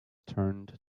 turned